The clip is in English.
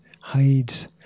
hides